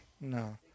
no